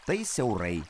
tai siaurai